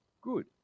good